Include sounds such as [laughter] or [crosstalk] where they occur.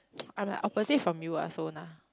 [noise] I am like opposite from you ah so nah